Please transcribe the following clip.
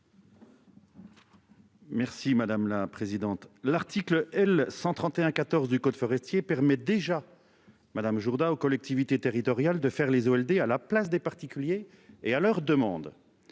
Merci madame la présidente. L'article L 131 14 du code forestier permet déjà. Madame Jourdain aux collectivités territoriales de faire les Walder à la place des particuliers et à leur demande.